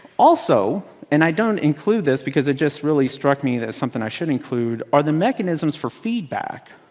also and i don't include this because it just really struck me that something i should include are the mechanisms for feedback.